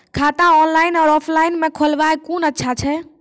खाता ऑनलाइन और ऑफलाइन म खोलवाय कुन अच्छा छै?